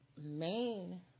main